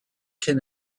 can